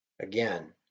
Again